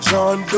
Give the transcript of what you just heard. John